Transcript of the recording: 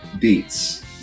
beats